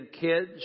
kids